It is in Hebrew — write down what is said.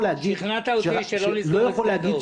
שכנעת אותי שלא לסגור את שדה דב.